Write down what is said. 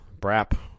BRAP